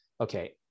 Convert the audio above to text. okay